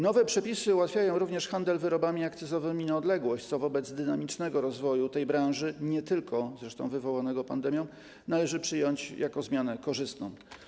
Nowe przepisy ułatwiają również handel wyrobami akcyzowymi na odległość, co wobec dynamicznego rozwoju tej branży, nie tylko zresztą wywołanego pandemią, należy przyjąć jako zmianę korzystną.